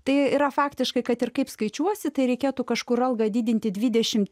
tai yra faktiškai kad ir kaip skaičiuosi tai reikėtų kažkur algą didinti dvidešimt